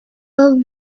were